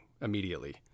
immediately